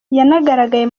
yanagaragaye